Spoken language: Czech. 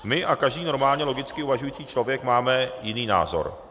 My a každý normálně logicky uvažující člověk máme jiný názor.